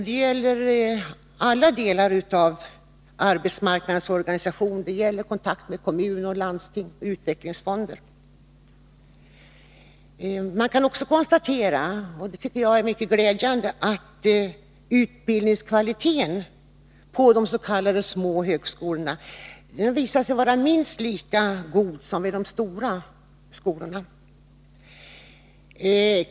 Detta gäller också kontakterna med andra samhällsområden — arbetsmarknadens organisationer, kommuner, landsting och utvecklingsfonder. Man kan också konstatera, och det tycker jag är mycket glädjande, att utbildningskvaliteten på de s.k. små högskolorna är minst lika god som vid de stora universiteten.